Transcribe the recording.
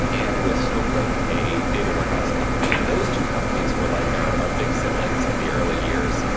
and with snowflake, a data warehouse company. and those two companies were like our our big siblings in the early years.